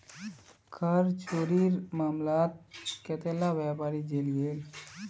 कर चोरीर मामलात कतेला व्यापारी जेल गेल